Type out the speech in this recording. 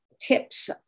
tips